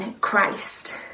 Christ